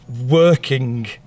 working